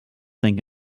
think